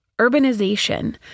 urbanization